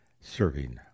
serving